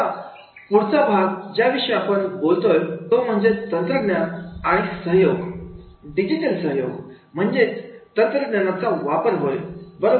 आता पुढचा भाग ज्याविषयी आपण बोलतोय तो म्हणजे तंत्रज्ञान आणि सहयोग डिजिटल सहयोग म्हणजेच तंत्रज्ञानाचा वापर होय